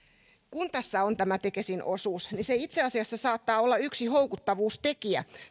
kun tässä on tämä tekesin osuus niin se itse asiassa saattaa olla yksi houkuttavuustekijä